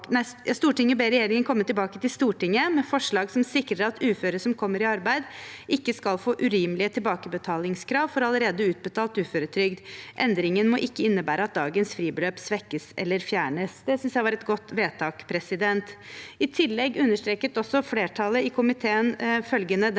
«Stortinget ber regjeringen komme tilbake til Stortinget med forslag som sikrer at uføre som kommer i arbeid, ikke skal få urimelige tilbakebetalingskrav for allerede utbetalt uføretrygd. Endringen må ikke innebære at dagens fribeløp svekkes eller fjernes.» Det syntes jeg var et godt vedtak. I tillegg understreket flertallet i komiteen følgende den